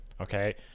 Okay